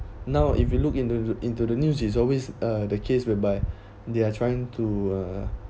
now if you look into the into the news is always uh the case whereby they are trying to uh